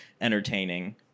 entertaining